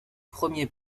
premiers